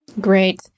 Great